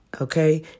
okay